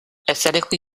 aesthetically